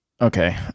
Okay